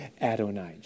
Adonijah